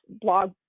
blog